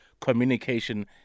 communication